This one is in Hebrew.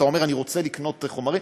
אתה אומר: אני רוצה לקנות חומרים,